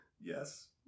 Yes